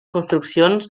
construccions